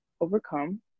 overcome